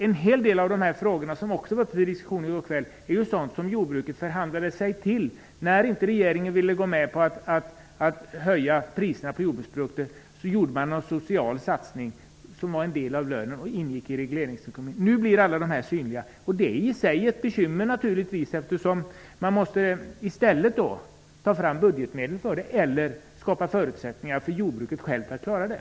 En hel del av dessa frågor, som också var upp till diskussion i går kväll, är sådant som jordbruket förhandlade sig till. När inte regeringen ville gå med på att höja priserna på jordbruksprodukter gjordes i stället en social satsning som utgjorde en del av bondens lön och ingick i regleringsekonomin. Nu blir allt synligt, vilket i sig är ett bekymmer. Man måste i stället ta fram budgetmedel för dessa saker eller skapa förutsättningar för jordbruken själva att klara av det.